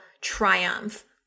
triumph